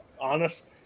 honest